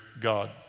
God